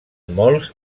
molts